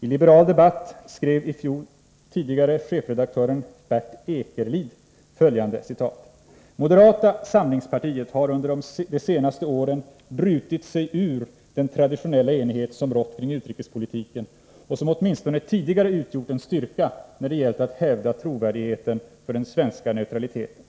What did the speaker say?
I Liberal debatt skrev i fjol tidigare chefredaktören Bertil Ekerlid följande: ”Moderata samlingspartiet har under de senaste åren brutit sig ur den traditionella enighet som rått kring utrikespolitiken och som åtminstone tidigare utgjort en styrka när det gällt att hävda trovärdigheten för den svenska neutraliteten.